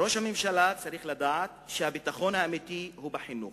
ראש הממשלה צריך לדעת שהביטחון האמיתי הוא בחינוך,